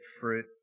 fruit